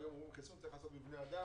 היום אומרים שבחיסון צריך לעשות בבני אדם